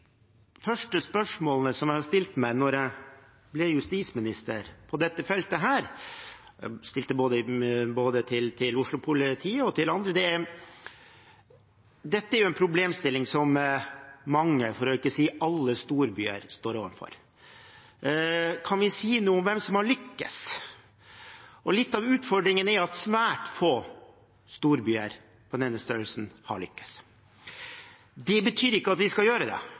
spørsmålene jeg stilte på dette feltet da jeg ble justisminister, både til Oslo-politiet og til andre – dette er jo en problemstilling som mange, for ikke å si alle, storbyer står overfor – var: Kan vi si noe om hvem som har lykkes? Litt av utfordringen er at svært få storbyer på denne størrelsen har lykkes. Det betyr ikke at vi ikke skal gjøre det. Det betyr bare at da må Oslo-politiet rett og slett lykkes bedre enn alle andre, og det